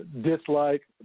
dislike